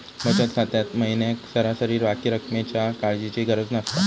बचत खात्यात महिन्याक सरासरी बाकी रक्कमेच्या काळजीची गरज नसता